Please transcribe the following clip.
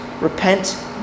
repent